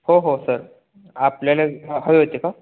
हो हो सर आपल्याला हवे होते का